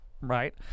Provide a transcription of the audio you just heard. right